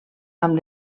amb